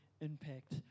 impact